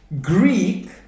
Greek